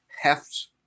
heft